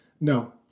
No